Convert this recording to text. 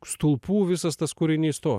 stulpų visas tas kūrinys stovi